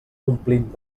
omplint